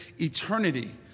eternity